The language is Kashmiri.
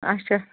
اچھا